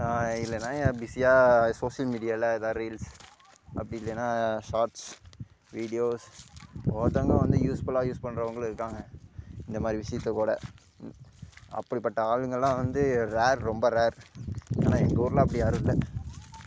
இல்லைன்னா பிஸியாக சோஷியல் மீடியாவில் எதா ரீல்ஸ் அப்படி இல்லைன்னா ஷாட்ஸ் வீடியோஸ் ஒவ்வொருத்தவங்க வந்து யூஸ்ஃபுல்லாக யூஸ் பண்ணுறவங்களும் இருக்காங்க இந்தமாதிரி விஷயத்தைக்கூட அப்படிப்பட்ட ஆளுங்கள்லாம் வந்து ரேர் ரொம்ப ரேர் ஆனால் எங்கள் ஊரில் அப்படி யாரும் இல்லை